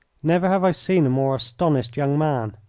never have i seen a more astonished young man.